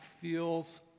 feels